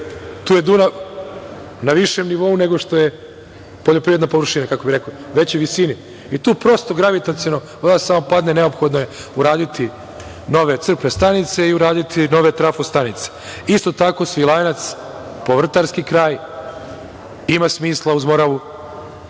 Tu je Dunav na višem nivou nego što je poljoprivredna površina, kako bih rekao, veće visine i tu prosto gravitaciono voda samo padne. Neophodno je uraditi nove crpne stanice i uraditi nove trafo stanice. Isto tako Svilajnac, povrtarski kraj, ima smisla uz Moravu